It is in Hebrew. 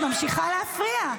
את ממשיכה להפריע.